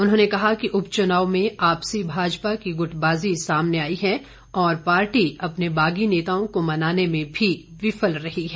उन्होंने कहा कि उपचुनाव में आपसी भाजपा की गुटबाजी सामने आई है और पार्टी अपने बागी नेताओं को मनाने में भी विफल रही है